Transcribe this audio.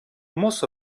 most